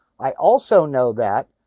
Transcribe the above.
i also know that.